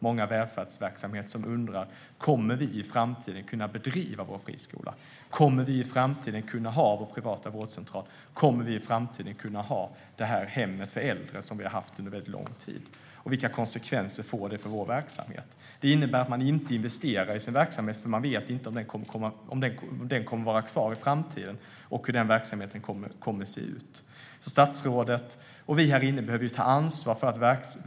Många välfärdsverksamheter undrar om de i framtiden kommer att kunna bedriva sin friskola, sin privata vårdcentral eller sitt hem för äldre och vilka konsekvenser detta får för verksamheten? Det innebär att de inte investerar i sin verksamhet, för de vet inte om verksamheten kommer att vara kvar i framtiden eller hur den kommer att se ut. Statsrådet och vi här inne behöver ta ansvar.